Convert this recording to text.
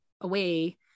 away